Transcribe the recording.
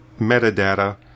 metadata